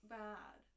bad